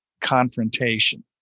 confrontation